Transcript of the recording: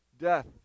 death